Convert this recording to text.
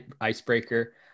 icebreaker